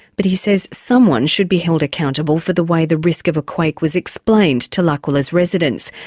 but he says someone should be held accountable for the way the risk of a quake was explained to l'aquila's residents,